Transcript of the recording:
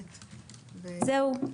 זהו.